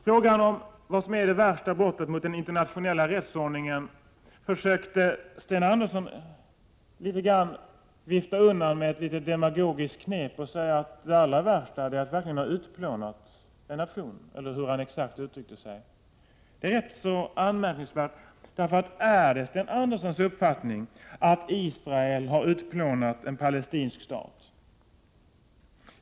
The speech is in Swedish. Frågan om vad som är det värsta brottet mot den internationella rättsordningen försökte Sten Andersson vifta undan med ett demagogiskt knep genom att säga att det allra värsta är att verkligen ha utplånat en nation —- jag minns inte hur han uttryckte sig exakt. Detta är tämligen anmärkningsvärt. Är det Sten Anderssons uppfattning att Israel har utplånat en palestinsk stat?